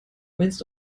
meinst